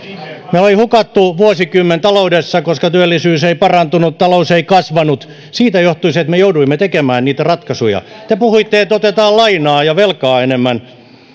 meillä oli hukattu vuosikymmen taloudessa koska työllisyys ei parantunut talous ei kasvanut siitä johtui se että me jouduimme tekemään niitä ratkaisuja te puhuitte että otetaan lainaa ja velkaa enemmän